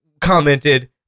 commented